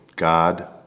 God